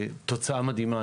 תוצאה מדהימה.